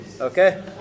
Okay